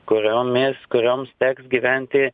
kuriomis kurioms teks gyventi